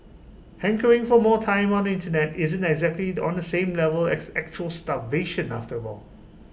hankering for more time on the Internet isn't exactly on the same level as actual starvation after all